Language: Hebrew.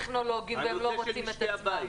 הנושא של משקי הבית,